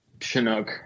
Chinook